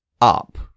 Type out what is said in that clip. up